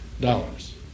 dollars